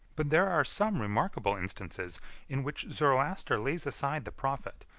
but there are some remarkable instances in which zoroaster lays aside the prophet,